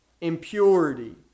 impurity